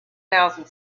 thousand